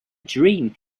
dream